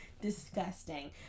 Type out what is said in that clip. disgusting